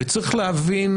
צריך להבין,